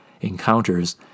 encounters